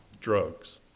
drugs